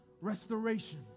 restoration